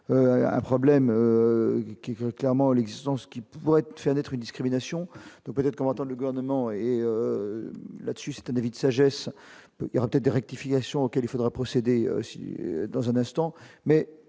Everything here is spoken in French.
à problèmes qui veut clairement l'existence qui pourrait faire naître une discrimination, donc peut-être qu'on dans le gouvernement, et là-dessus, c'était David sagesse et tête des rectifications auxquelles il faudra procéder si, dans un instant